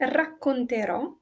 racconterò